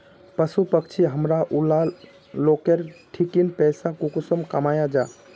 पशु पक्षी हमरा ऊला लोकेर ठिकिन पैसा कुंसम कमाया जा?